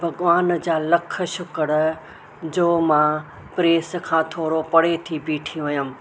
भॻिवान जा लख़ शुक्रु जो मां प्रेस खां थोरो परे थी बीठी हुअमि